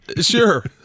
Sure